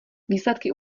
výsledky